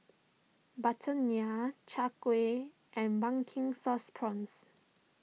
Butter Naan Chai Kuih and Pumpkin Sauce Prawns